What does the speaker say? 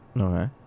Okay